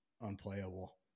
unplayable